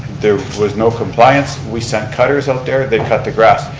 there was no compliance, we sent cutters out there, they cut the grass.